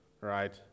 right